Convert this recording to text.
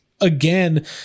again